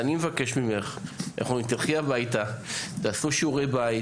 אני מבקש ממך: לכו הביתה, תעשו שיעורי בית